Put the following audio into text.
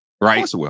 Right